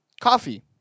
Coffee